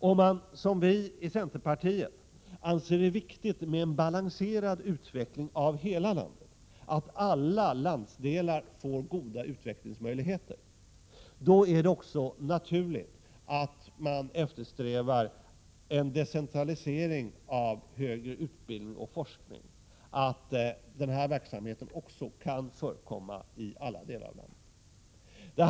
Om man som vi i centerpartiet anser det viktigt med en balanserad utveckling i hela landet, att alla landsdelar får goda utvecklingsmöjligheter, är det naturligt att man eftersträvar en decentralisering av högre utbildning och forskning, så att denna verksamhet kan förekomma i alla delar av landet.